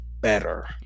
better